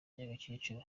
nyagakecuru